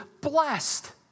blessed